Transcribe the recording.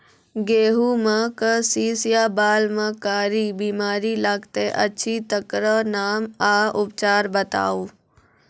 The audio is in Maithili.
गेहूँमक शीश या बाल म कारी बीमारी लागतै अछि तकर नाम आ उपचार बताउ?